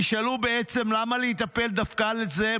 "תשאלו: למה --- להיטפל דווקא לזה,